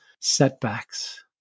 setbacks